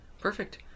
Perfect